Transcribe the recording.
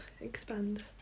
expand